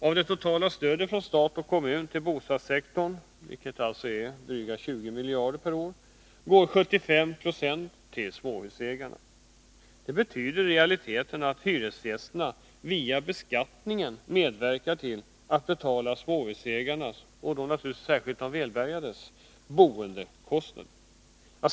Av det totala stödet från stat och kommun till bostadssektorn — vilket alltså är drygt 20 miljarder kronor per år — går 75 9o tillsmåhusägarna. Det betyder i realiteten att hyresgästerna via beskattningen medverkar till att betala småhusägarnas, och särskilt de mest välbärgades, boendekostnader.